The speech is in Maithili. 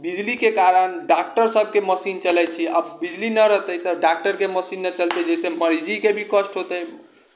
बिजलीके कारण डाक्टरसबके मशीन चलै छै आब बिजली नहि रहतै तऽ डाक्टरके मशीन नहि चलतै जइसे मरीजके भी कष्ट हेतै